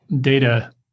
data